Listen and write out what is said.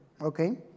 okay